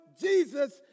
Jesus